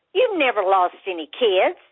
you've never lost any kids.